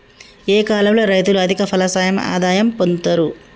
ఏ కాలం లో రైతులు అధిక ఫలసాయం ఆదాయం పొందుతరు?